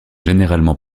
généralement